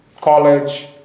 college